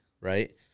right